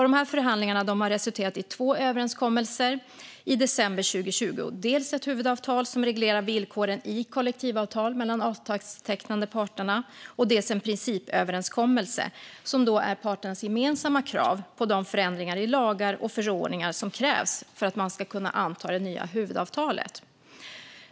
Dessa förhandlingar har resulterat i två överenskommelser i december 2020 - dels ett huvudavtal som reglerar villkoren i kollektivavtal mellan de avtalstecknande parterna, dels en principöverenskommelse som är parternas gemensamma krav på de förändringar i lagar och förordningar som krävs för att man ska kunna anta det nya huvudavtalet.